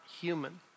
human